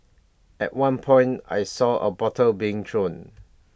at one point I saw A bottle being thrown